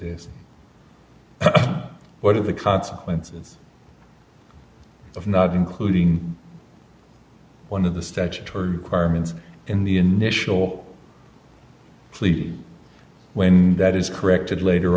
this what are the consequences of not including one of the statutory requirements in the initial please when that is corrected later